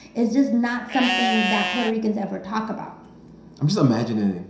it's just not something that puerto ricans ever talk about i'm just imagining,